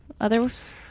Others